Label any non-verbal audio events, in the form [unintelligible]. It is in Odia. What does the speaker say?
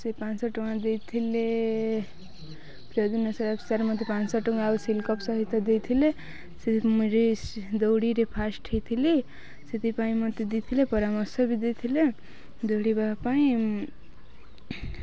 ସେ ପାଞ୍ଚ ଶହ ଟଙ୍କା ଦେଇଥିଲେ [unintelligible] ମୋତେ ପାଞ୍ଚ ଶହ ଟଙ୍କା ଆଉ ସିଲ୍ଡ କପ୍ ସହିତ ଦେଇଥିଲେ ସେଁ ଦୌଡ଼ିରେ ଫାର୍ଷ୍ଟ ହୋଇଥିଲି ସେଥିପାଇଁ ମୋତେ ଦେଇଥିଲେ ପରାମର୍ଶ ବି ଦେଇଥିଲେ ଦୌଡ଼ିବା ପାଇଁ